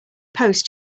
post